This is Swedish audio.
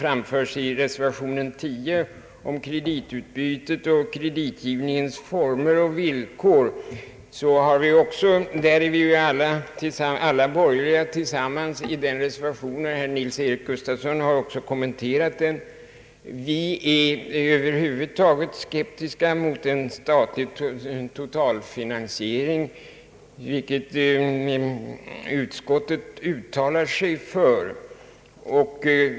Reservation 10 om kreditutbytet och kreditgivningens former och villkor har väckts av alla borgerliga ledamöter tillsammans. Herr Nils-Eric Gustafsson har också kommenterat den. Vi är över huvud taget skeptiska mot statlig totalfinansiering, som utskottet uttalar sig för.